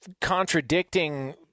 contradicting